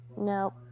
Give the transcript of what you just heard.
Nope